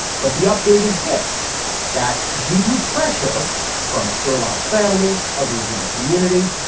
but the update is this that due to pressure from scurlock family, others in the community.